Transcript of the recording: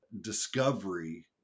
discovery